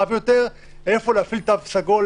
איפה להפעיל תו סגול,